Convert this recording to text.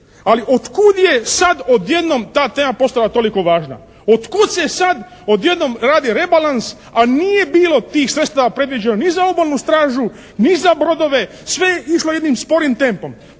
Ali od kud je sad odjednom ta tema postala toliko važna? Od kud se sad odjednom radi rebalans a nije bilo tih sredstava predviđeno ni za obalnu stražu ni za brodove. Sve je išlo jednim sporim tempom.